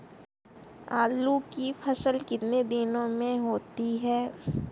आलू की फसल कितने दिनों में होती है?